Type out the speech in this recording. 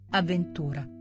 avventura